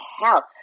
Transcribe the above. hell